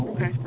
Okay